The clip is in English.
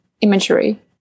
imagery